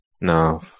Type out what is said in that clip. No